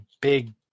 big